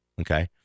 Okay